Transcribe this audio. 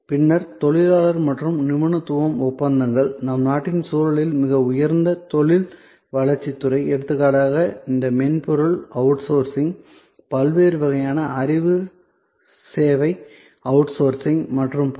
பின்னர் தொழிலாளர் மற்றும் நிபுணத்துவம் ஒப்பந்தங்கள் நம் நாட்டின் சூழலில் மிக உயர்ந்த தொழில் வளர்ச்சித் துறை எடுத்துக்காட்டாக இந்த மென்பொருள் அவுட்சோர்சிங் பல்வேறு வகையான அறிவு சேவை அவுட்சோர்சிங் மற்றும் பல